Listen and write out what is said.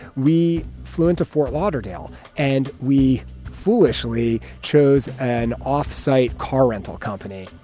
we flew into fort lauderdale and we foolishly chose an offsite car rental company. oh,